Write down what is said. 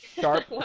sharp